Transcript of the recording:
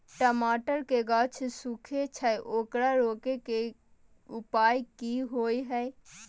टमाटर के गाछ सूखे छै ओकरा रोके के उपाय कि होय है?